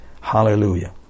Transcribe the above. Hallelujah